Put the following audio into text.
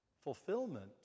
fulfillment